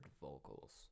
vocals